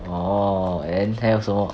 orh any also